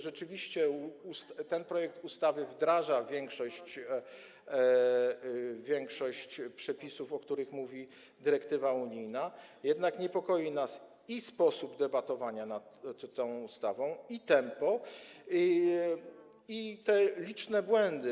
Rzeczywiście ten projekt ustawy wdraża większość przepisów, o których mówi dyrektywa unijna, a jednak niepokoi nas i sposób debatowania nad nim, i tempo, i liczne błędy.